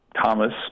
Thomas